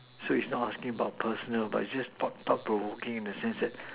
so is not asking about personal but is just of the world working in the sense that